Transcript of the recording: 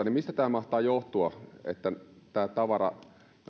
niin mistä mahtaa johtua että tämä tavara